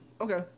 Okay